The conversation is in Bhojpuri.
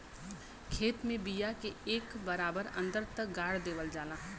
खेत में बिया के एक बराबर अन्दर तक गाड़ देवल जाला